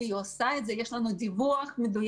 והיא עושה את זה יש לנו דיווח מדויק